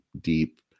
deep